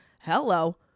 Hello